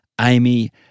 Amy